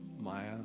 Maya